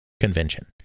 convention